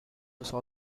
also